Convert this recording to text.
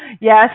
Yes